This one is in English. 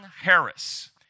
Harris